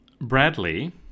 Bradley